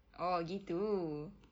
oh gitu